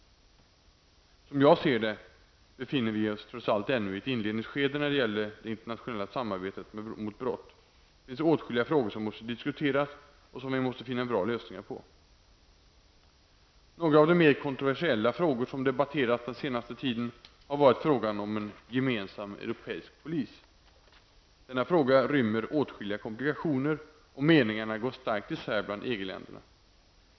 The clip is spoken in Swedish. Som jag ser det befinner vi oss trots allt ännu i ett inledningsskede när det gäller det internationella samarbetet mot brott. Det finns åtskilliga frågor som måste diskuteras och som vi måste finna bra lösningar på. Några av de mer kontroversiella frågor som debatterats den senaste tiden har varit frågan om en gemensam europeisk polis. Denna fråga rymmer åtskilliga komplikationer, och meningarna går starkt isär bland EG-länderna.